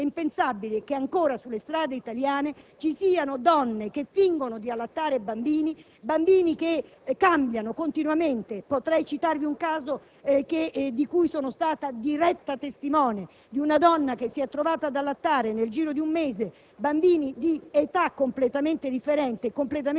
ti perdono. È impensabile che sulle strade italiane ci siano ancora donne che fingono di allattare bambini che cambiano continuamente: potrei citarvi un caso di cui sono stata diretta testimone, quello di una donna che si è trovata ad allattare nel giro di un mese bambini di età completamente differente